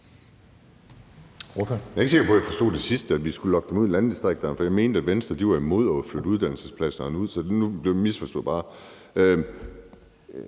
Jeg er ikke sikker på, at jeg forstod det sidste, altså at vi skulle lokke dem ud i landdistrikterne, for jeg mente, at Venstre var imod at flytte uddannelsespladserne ud. Jamen de store tals